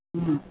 ம்